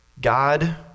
God